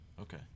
okay